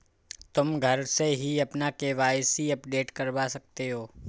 तुम घर से ही अपना के.वाई.सी अपडेट करवा सकते हो